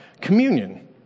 Communion